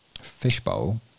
fishbowl